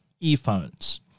earphones